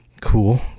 Cool